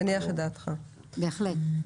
בהחלט.